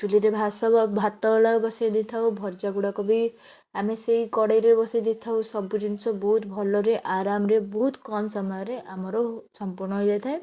ଚୂଲିରେ ଭାତ ବସାଇ ଦେଇଥାଉ ଭଜା ଗୁଡ଼ାକ ବି ଆମେ ସେଇ କଡ଼େଇରେ ବସାଇ ଦେଇଥାଉ ସବୁ ଜିନିଷ ବହୁତ ଭଲରେ ଆରମରେ ବହୁତ କମ ସମୟରେ ଆମର ସମ୍ପୂର୍ଣ୍ଣ ହୋଇଯାଇଥାଏ